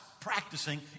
practicing